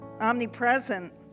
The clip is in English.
omnipresent